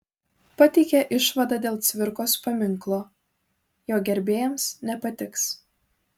pateikė išvadą dėl cvirkos paminklo jo gerbėjams nepatiks